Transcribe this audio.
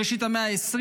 בראשית המאה ה-20,